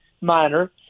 minor